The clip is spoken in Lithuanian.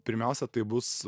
pirmiausia tai bus